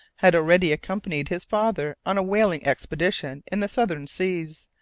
had already accompanied his father on a whaling expedition in the southern seas,